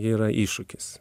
ji yra iššūkis